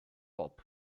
pop